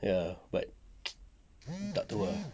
ya but tak tahu ah